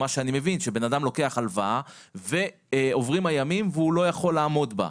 שאדם לוקח הלוואה ועוברים הימים והוא לא יכול לעמוד בה.